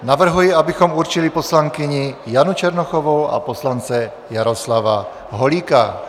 Navrhuji, abychom určili poslankyni Janu Černochovou a poslance Jaroslava Holíka.